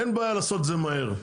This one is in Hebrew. אין בעיה לעשות את זה מהר.